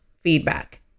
feedback